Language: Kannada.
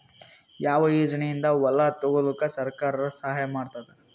ಯಾವ ಯೋಜನೆಯಿಂದ ಹೊಲ ತೊಗೊಲುಕ ಸರ್ಕಾರ ಸಹಾಯ ಮಾಡತಾದ?